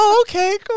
Okay